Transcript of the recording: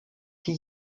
die